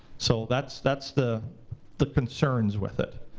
so that's that's the the concerns with it.